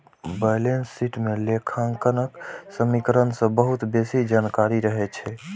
balance sheet मे लेखांकन समीकरण सं बहुत बेसी जानकारी रहै छै